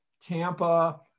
Tampa